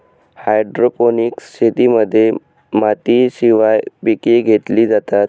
hydroponics शेतीमध्ये मातीशिवाय पिके घेतली जातात